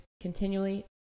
continually